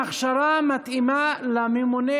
הכשרה מתאימה לממונה